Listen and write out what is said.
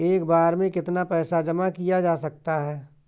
एक बार में कितना पैसा जमा किया जा सकता है?